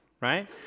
right